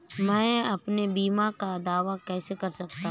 मैं अपने बीमा का दावा कैसे कर सकता हूँ?